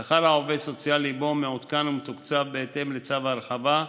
שכר העובד הסוציאלי בו מעודכן ומתוקצב בהתאם לצו ההרחבה,